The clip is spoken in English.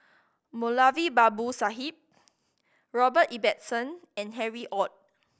Moulavi Babu Sahib Robert Ibbetson and Harry Ord